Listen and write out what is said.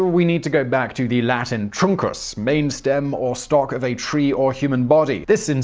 we need to go back to the latin truncus, main stem or stock of a tree or human body. this, in